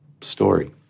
story